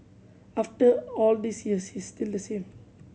after all these years he's still the same